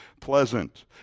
pleasant